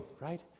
right